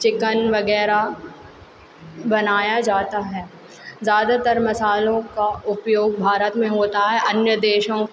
chicken वगैरह बनाया जाता है ज़्यादातर मसालों का उपयोग भारत में होता है अन्य देशों